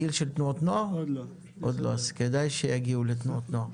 כשהם יגיעו לגיל של תנועות הנוער אז כשיגיעו כדאי שילכו לתנועות הנוער.